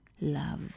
love